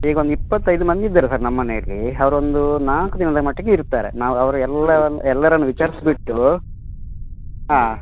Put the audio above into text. ಈಗೊಂದು ಇಪ್ಪತ್ತೈದು ಮಂದಿ ಇದ್ದಾರೆ ಸರ್ ನಮ್ಮನೆಯಲ್ಲಿ ಅವರೊಂದು ನಾಲ್ಕು ದಿನದ ಮಟ್ಟಿಗೆ ಇರ್ತಾರೆ ನಾವು ಅವ್ರು ಎಲ್ಲರನ್ನು ಎಲ್ಲರನ್ನು ವಿಚಾರಸ್ಬಿಟ್ಟು ಹಾಂ